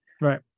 Right